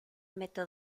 meto